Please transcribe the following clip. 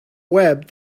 web